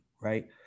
Right